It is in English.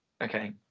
Okay